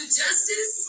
justice